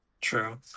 True